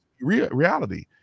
reality